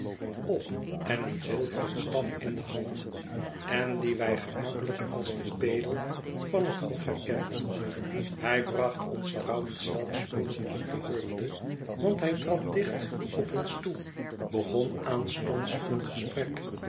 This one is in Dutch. op en een zilveren staf in de hand en dien wy gemakkelijk als den pedel van hethof herkenden hij bracht ons trouwens zelf spoedig op de hoogte want hij trad dicht op ons toe begon aanstonds een gesprek